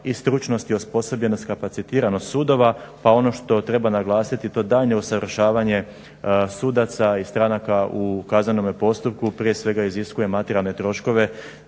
i stručnost i osposobljenost kapacitiranost sudova pa ono što treba naglasiti. To daljnje usavršavanje sudaca i stranaka u kaznenome postupku prije svega iziskuje materijalne troškove